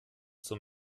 zur